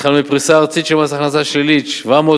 התחלנו בפריסה ארצית של מס הכנסה שלילי, 700